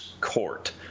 court